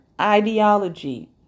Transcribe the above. ideology